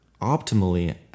optimally